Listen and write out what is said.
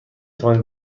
توانید